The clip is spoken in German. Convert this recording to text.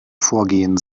vorgehen